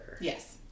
Yes